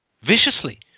Viciously